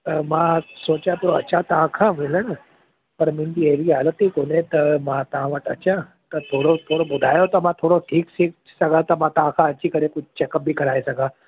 त मां सोचा पियो अचा तव्हां खां मिलण पर मुंहिंजी अहिड़ी हालति ई कोने त मां तव्हां वटि अचा त थोरो थोरो ॿुधायो त मां थोरो ठीकु थी सघां त त मां खां अची करे कुझु चैकअप बि कराए सघां